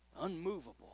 Unmovable